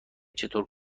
چطور